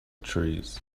trees